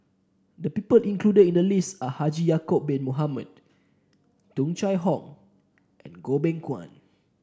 the people included in the list are Haji Ya'acob Bin Mohamed Tung Chye Hong and Goh Beng Kwan